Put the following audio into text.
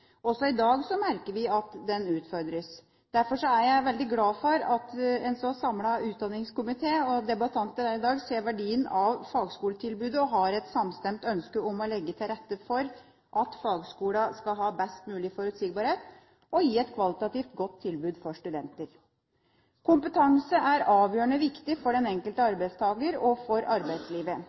Også i dag merker vi at den utfordres. Derfor er jeg veldig glad for at en så samlet utdanningskomité, og debattanter her i dag, ser verdien av fagskoletilbudet og har et samstemt ønske om å legge til rette for at fagskolene skal ha best mulig forutsigbarhet og gi et kvalitativt godt tilbud for studentene. Kompetanse er avgjørende viktig for den enkelte arbeidstaker og for arbeidslivet.